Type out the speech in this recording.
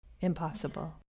Impossible